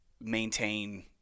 maintain